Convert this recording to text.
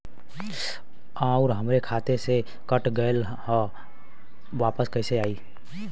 आऊर हमरे खाते से कट गैल ह वापस कैसे आई?